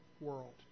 world